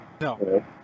No